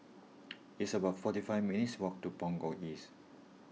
it's about forty five minutes' walk to Punggol East